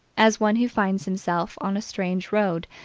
as one who finds himself on a strange road,